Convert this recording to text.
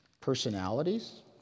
personalities